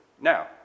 Now